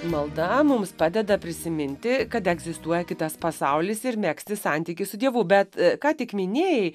malda mums padeda prisiminti kad egzistuoja kitas pasaulis ir megzti santykį su dievu bet ką tik minėjai